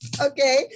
okay